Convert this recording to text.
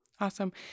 Awesome